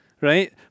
Right